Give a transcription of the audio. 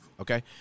Okay